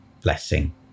blessing